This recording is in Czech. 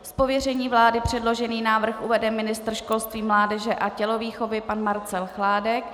Z pověření vlády předložený návrh uvede ministr školství, mládeže a tělovýchovy pan Marcel chládek.